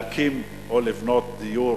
להקים או לבנות דיור